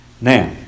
Now